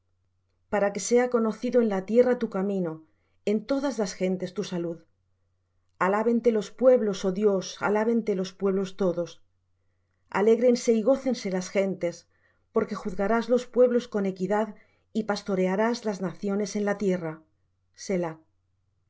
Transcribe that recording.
para que sea conocido en la tierra tu camino en todas las gentes tu salud alábente los pueblos oh dios alábente los pueblos todos alégrense y gocénse las gentes porque juzgarás los pueblos con equidad y pastorearás las naciones en la tierra